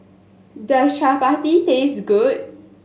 does Chapati taste good